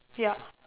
yup